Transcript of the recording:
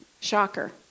Shocker